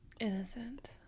innocent